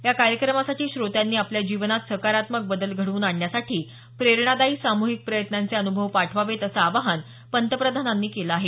या कार्यक्रमासाठी श्रोत्यांनी आपल्या जीवनात सकारात्मक बदल घडवून आणण्यासाठी प्रेरणादायी सामूहिक प्रयत्नांचे अनुभव पाठवावेत असं आवाहन पंतप्रधानांनी केलं आहे